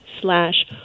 slash